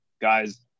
Guys